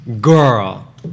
Girl